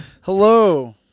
Hello